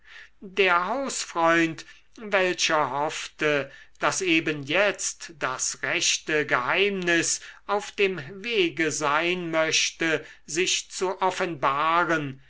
der hausfreund welcher hoffte daß eben jetzt das rechte geheimnis auf dem wege sein möchte sich zu offenbaren